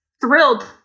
thrilled